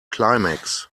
climax